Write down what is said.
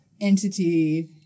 entity